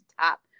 top